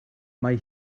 mae